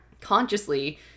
consciously